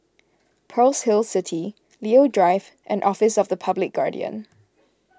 Pearl's Hill City Leo Drive and Office of the Public Guardian